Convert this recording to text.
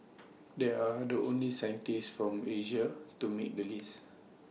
they are the only scientists from Asia to make the list